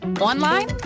online